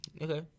Okay